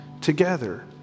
together